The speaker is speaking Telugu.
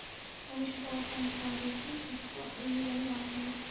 మనుష్యులు అవసరానికి తాగేకి ఎక్కువ ఈ నీళ్లనే వాడుతారు